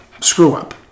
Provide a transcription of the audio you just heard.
screw-up